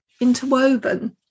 interwoven